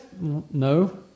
No